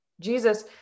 Jesus